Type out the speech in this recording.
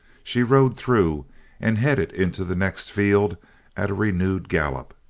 she rode through and headed into the next field at a renewed gallop.